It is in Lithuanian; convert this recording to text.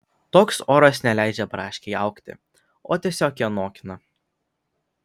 toks oras neleidžia braškei augti o tiesiog ją nokina